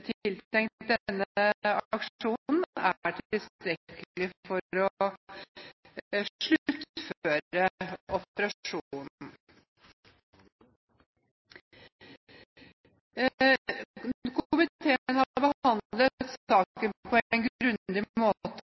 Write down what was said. tiltenkt denne aksjonen, er tilstrekkelig til å sluttføre operasjonen. Komiteen har behandlet saken på